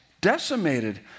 decimated